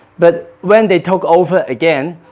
but when they took over again,